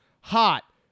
hot